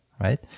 right